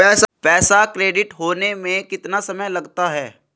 पैसा क्रेडिट होने में कितना समय लगता है?